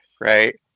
Right